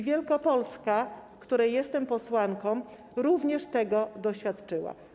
Wielkopolska, z której jestem posłanką, również tego doświadczyła.